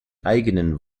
eigenen